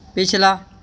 ਪਿਛਲਾ